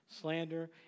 slander